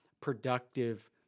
productive